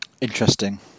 interesting